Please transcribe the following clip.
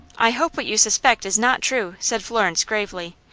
i hope what you suspect is not true, said florence, gravely.